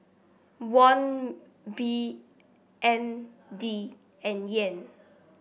Won B N D and Yen